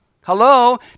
hello